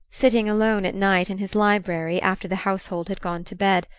sitting alone at night in his library, after the household had gone to bed,